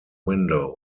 window